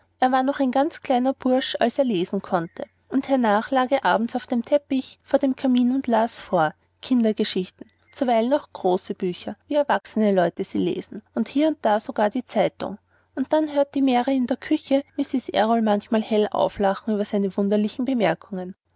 er war noch ein ganz kleiner bursche als er lesen lernte und hernach lag er abends auf dem teppich vor dem kamin und las vor kindergeschichten zuweilen auch große bücher wie erwachsene leute sie lesen und hier und da sogar die zeitung und dabei hörte mary in ihrer küche mrs errol manchmal hell auflachen über seine wunderlichen bemerkungen